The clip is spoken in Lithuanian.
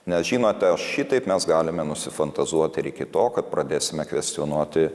nes žinote šitaip mes galime nusifantazuoti ir iki to kad pradėsime kvestionuoti